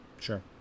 sure